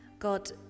God